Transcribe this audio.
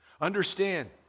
Understand